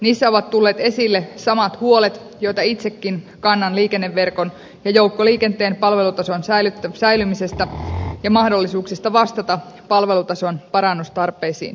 niissä ovat tulleet esille samat huolet joita itsekin kannan liikenneverkon ja joukkoliikenteen palvelutason säilymisestä ja mahdollisuuksista vastata palvelutason parannustarpeisiin